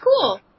cool